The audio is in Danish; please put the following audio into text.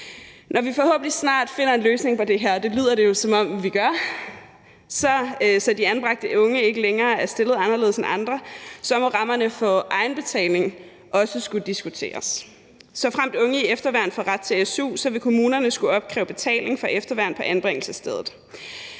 Når vi forhåbentlig snart finder en løsning på det her – og det lyder det jo som om vi gør, så de anbragte unge ikke længere er stillet anderledes end andre – må rammerne for egenbetaling også skulle diskuteres. Såfremt unge i efterværn får ret til su, vil kommunerne skulle opkræve betaling for efterværn på anbringelsesstedet.